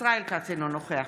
ישראל כץ, אינו נוכח